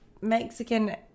Mexican